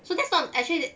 so that's not actually